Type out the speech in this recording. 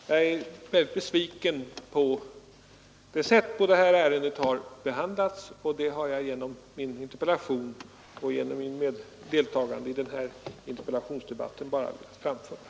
Jag är mycket besviken på det sätt på vilket ärendet har behandlats, och det har jag genom min interpellation och genom mitt deltagande i denna interpellationsdebatt velat framföra.